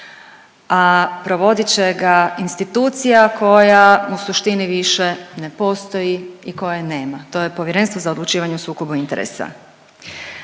a provodit će ga institucija koja u suštini više ne postoji i koje nema, to je Povjerenstvo za odlučivanje o sukobu interesa.